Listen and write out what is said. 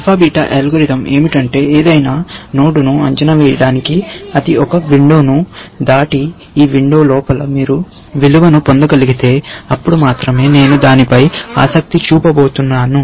alpha beta algorithm ఏమిటంటే ఏదైనా నోడ్ను అంచనా వేయడానికి అది ఒక విండోను దాటి ఈ విండో లోపల మీరు విలువను పొందగలిగితే అప్పుడు మాత్రమే నేను దానిపై ఆసక్తి చూపబోతున్నాను